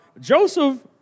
Joseph